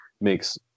makes